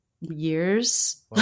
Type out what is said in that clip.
years